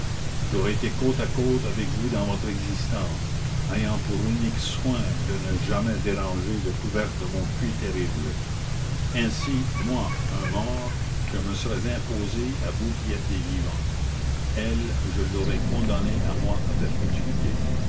j'aurais été côte à côte avec vous dans votre existence ayant pour unique soin de ne jamais déranger le couvercle de mon puits terrible ainsi moi un mort je me serais imposé à vous qui êtes des vivants elle je l'aurais condamnée à moi à perpétuité